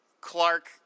Clark